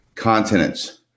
continents